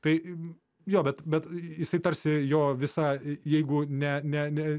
tai jo bet bet jisai tarsi jo visa jeigu ne ne ne